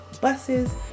buses